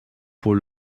pour